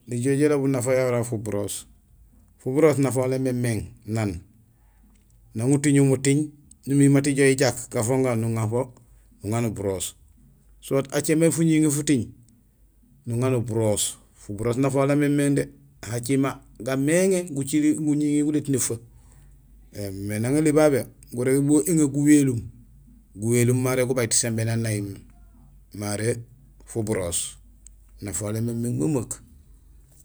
Nijool ijoow bélobul nafa yara fuburoos; fuburoos, nafahol émémééŋ, nang utiŋul muting numi mat jowi jak, gafooŋ gagu, nuŋa fo uŋa nuburoos soit acé may fuŋiŋi futing, nuŋa nuburoos. Fuburoos nafahol namémééŋ dé hajima gaméŋé gucili; guŋiŋil gulét néfee éém. Mais nang éli babé gurégé bugo éŋaar guwéélum, guwéélum maré gubajut simbé nang nay; maré fuburoos, nafahol émémééŋ memeek.